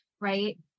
right